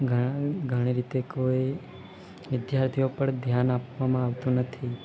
ઘણા ઘણી રીતે કોઈ વિદ્યાર્થીઓ ઉપર ધ્યાન આપવામાં આવતું નથી